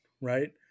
right